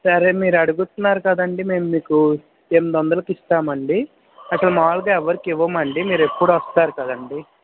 సరే మీరు అడుగుతున్నారు కదండి మేము మీకు ఎనిమిది వందలకిస్తామండీ అసలు మాములుగా ఎవ్వరికీ ఇవ్వమండి మీరెప్పుడూ వస్తారు కదండి